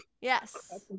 Yes